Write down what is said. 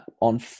on